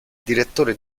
direttore